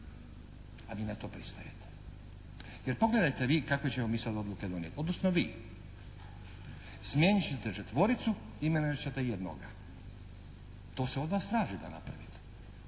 A vi na to pristajete. Jer pogledajte vi kakve ćemo mi sad odluke donijeti, odnosno vi. Smijenit ćete četvoricu, imenovat ćete jednoga. To se od vas traži da napravite.